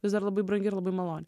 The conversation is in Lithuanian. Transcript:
vis dar labai brangi ir labai maloni